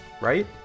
right